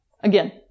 Again